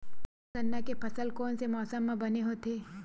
गन्ना के फसल कोन से मौसम म बने होथे?